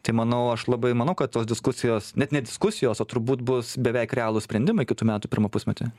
tai manau aš labai manau kad tos diskusijos net ne diskusijos o turbūt bus beveik realūs sprendimai kitų metų pirmą pusmetį